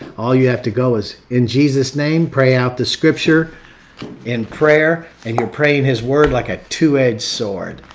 all you have to go is in jesus name, pray out the scripture in prayer. and you're praying his word like a two-edged sword.